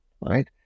right